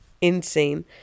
Insane